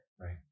right